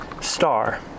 star